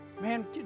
Man